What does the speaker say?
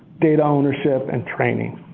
data ownership and training.